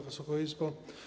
Wysoka Izbo!